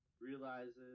realizes